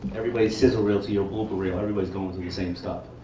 everybody's sizzle reel to your blooper reel. everybody's going through the same stuff.